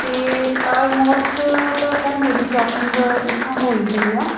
ਅਤੇ ਆਲਮੋਸਟ ਤਾਂ ਸਰ ਮੇਰੀ ਸ਼ੋਪਿੰਗ ਇਥੋਂ ਹੋ ਹੀ ਗਈ ਆ